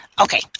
Okay